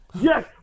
yes